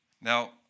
Now